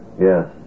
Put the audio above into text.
yes